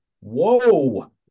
Whoa